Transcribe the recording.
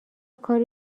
کاری